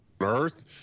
Earth